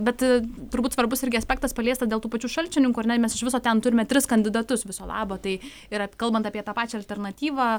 bet turbūt svarbus irgi aspektas paliesta dėl tų pačių šalčininkų ar ne mes iš viso ten turime tris kandidatus viso labo tai yra kalbant apie tą pačią alternatyvą